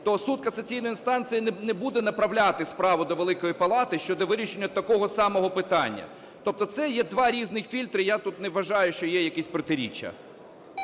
то суд касаційної інстанції не буде направляти справу до Великої Палати щодо вирішення такого самого питання. Тобто це я два різних фільтри, я тут не вважаю, що є якісь протиріччя.